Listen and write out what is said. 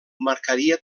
marcaria